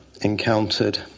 encountered